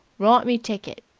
write me ticket.